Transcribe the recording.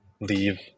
leave